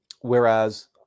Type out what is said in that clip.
Whereas